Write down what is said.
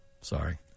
Sorry